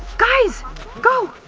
guys! go!